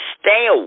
stay